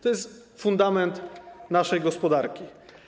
To jest fundament naszej gospodarki.